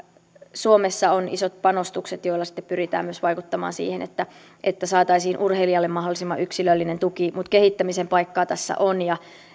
suomessa on tietysti isot panostukset joilla sitten pyritään myös vaikuttamaan siihen että että saataisiin urheilijalle mahdollisimman yksilöllinen tuki mutta kehittämisen paikkaa tässä on ja